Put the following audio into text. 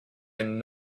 and